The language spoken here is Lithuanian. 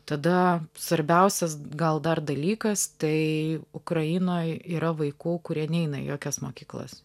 tada svarbiausias gal dar dalykas tai ukrainoj yra vaikų kurie neina į jokias mokyklas